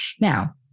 Now